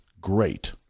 great